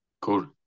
cool